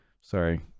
Sorry